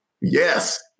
Yes